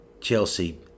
Chelsea